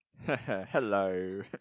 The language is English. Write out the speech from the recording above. Hello